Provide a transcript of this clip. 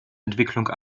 entwicklung